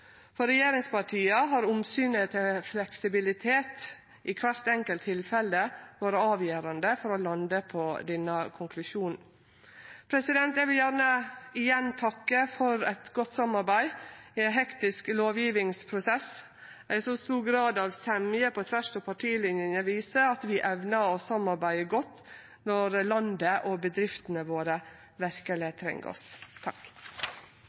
For regjeringspartia har omsynet til fleksibilitet i kvart enkelt tilfelle vore avgjerande for å lande på denne konklusjonen. Eg vil gjerne igjen takke for et godt samarbeid i ein hektisk lovgjevingsprosess. Ein så stor grad av semje på tvers av partilinjene viser at vi evnar å samarbeide godt når landet og bedriftene våre verkeleg treng oss.